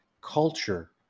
culture